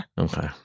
okay